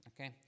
okay